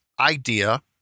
idea